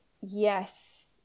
Yes